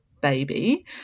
baby